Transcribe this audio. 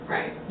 Right